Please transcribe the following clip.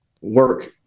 work